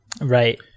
Right